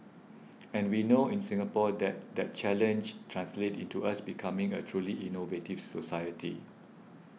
and we know in Singapore that that challenge translates into us becoming a truly innovative society